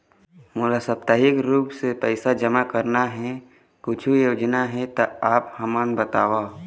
मोला साप्ताहिक रूप से पैसा जमा करना हे, कुछू योजना हे त आप हमन बताव?